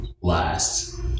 last